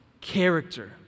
character